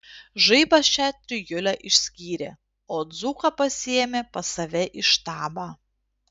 žaibas šią trijulę išskyrė o dzūką pasiėmė pas save į štabą